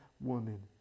woman